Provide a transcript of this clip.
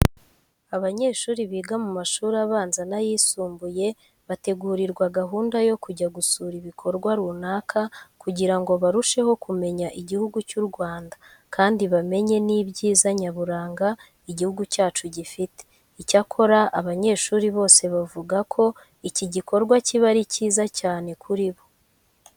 Abanyeshuri biga mu mashuri abanza n'ayisumbuye bategurirwa gahunda yo kujya gusura ibikorwa runaka kugira ngo barusheho kumenya Igihugu cy'u Rwanda kandi bamenye n'ibyiza nyaburaga igihugu cyacu gifite. Icyakora abanyeshuri bose bavuga ko iki gikorwa kiba ari cyiza cyane kuri bo.